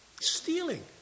Stealing